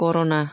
corona